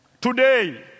today